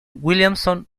williamson